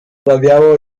sprawiało